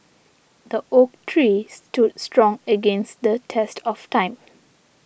the oak tree stood strong against the test of time